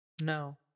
No